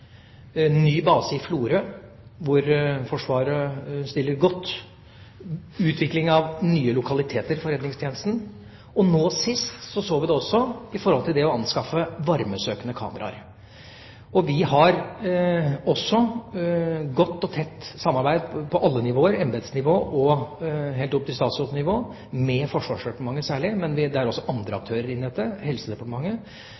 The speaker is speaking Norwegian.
ny base i Florø – hvor Forsvaret stiller godt – utvikling av nye lokaliteter for redningstjenesten, og nå sist så vi det også når det gjelder å anskaffe varmesøkende kameraer. Vi har også et godt og tett samarbeid på alle nivåer – fra embetsnivå og helt opp til statsrådsnivå – med Forsvarsdepartementet særlig, men det er også andre